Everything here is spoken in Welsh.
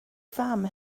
fam